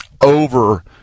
over